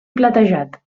platejat